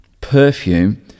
perfume